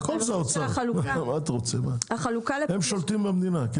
הכל זה האוצר, הם שולטים במדינה.